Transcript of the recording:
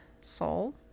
soul